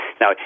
Now